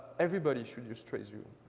everybody should use traceview.